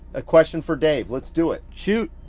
a question for dave, let's do it. shoot.